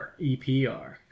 EPR